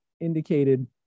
indicated